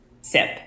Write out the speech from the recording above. sip